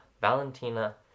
Valentina